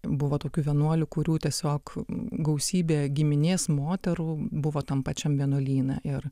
buvo tokių vienuolių kurių tiesiog gausybė giminės moterų buvo tam pačiam vienuolyne ir